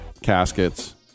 caskets